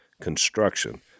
construction